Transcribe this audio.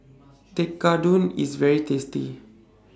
Tekkadon IS very tasty